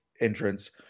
entrance